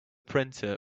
printer